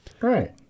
Right